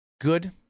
Good